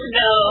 no